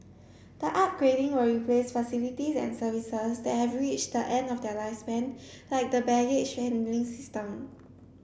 the upgrading will replace facilities and services that have reached the end of their lifespan like the baggage handling system